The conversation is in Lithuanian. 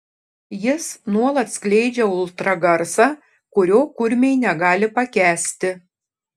jis nuolat skleidžia ultragarsą kurio kurmiai negali pakęsti